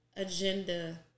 Agenda